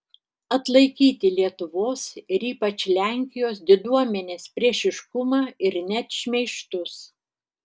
atlaikyti lietuvos ir ypač lenkijos diduomenės priešiškumą ir net šmeižtus